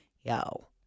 yo